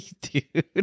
dude